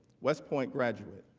west point graduate.